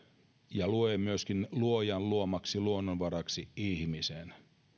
ja luen myöskin luojan luomaksi luonnonvaraksi ihmisen minä